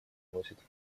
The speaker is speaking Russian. вносит